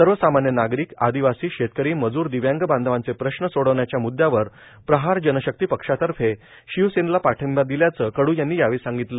सर्वसामान्य नागरिक आदिवासी शेतकरी मजूर दिव्यांग बांधवांचे प्रश्न सोडवण्याच्या म्द्द्यांवर प्रहार जनशक्ती पक्षातर्फे शिवसेनेला पाठिंबा दिल्याच कडू यांनी यावेळी सांगितलं